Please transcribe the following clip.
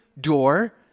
door